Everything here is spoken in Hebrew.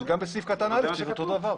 גם בסעיף קטן (א) צריך להיות אותו דבר.